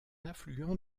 affluent